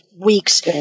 weeks